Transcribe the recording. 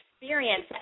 experience